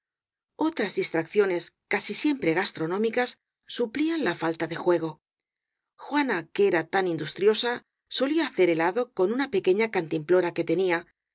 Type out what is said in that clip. distraccio nes casi siempre gastronómicas suplían la falta del juego juana que era tan industriosa solía hacer helado en una pequeña cantimplora que tenía